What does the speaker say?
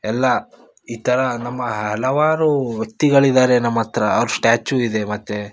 ಎಲ್ಲ ಈ ಥರ ನಮ್ಮ ಹಲವಾರು ವ್ಯಕ್ತಿಗಳಿದ್ದಾರೆ ನಮ್ಮ ಹತ್ರ ಅವ್ರ ಸ್ಟ್ಯಾಚ್ಯು ಇದೆ ಮತ್ತು